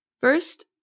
First